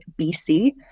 BC